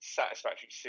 satisfactory